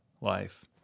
life